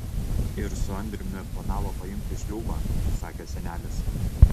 ir su andriumi planavo paimti šliūbą sakė senelis